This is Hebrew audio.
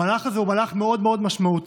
המהלך הזה הוא מהלך מאוד מאוד משמעותי,